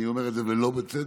אני אומר את זה, ולא בצדק.